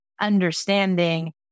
understanding